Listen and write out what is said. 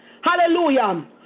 hallelujah